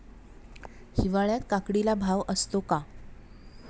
हिवाळ्यात काकडीला भाव असतो का?